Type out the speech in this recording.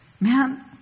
Man